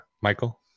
Michael